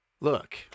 Look